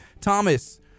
Thomas